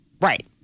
right